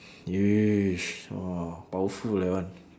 yes !wah! powerful that one